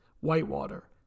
Whitewater